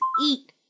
Eat